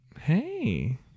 hey